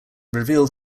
revealed